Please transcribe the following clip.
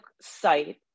site